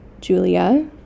Julia